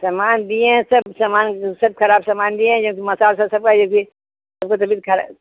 सामान दिए हैं सब सामान सब ख़राब सामान दिए हैं जब कि मसाला उसाला सबको तबीयत ख़राब